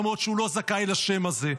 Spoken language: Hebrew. למרות שהוא לא זכאי לשם הזה,